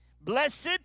blessed